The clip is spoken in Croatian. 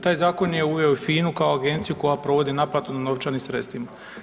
Taj zakon je uveo i FINU kao agenciju koja provodi naplatu nad novčanim sredstvima.